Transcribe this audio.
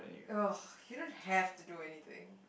ugh you don't have to do anything